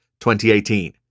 2018